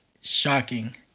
shocking